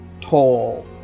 tall